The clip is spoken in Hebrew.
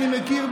אני מכיר,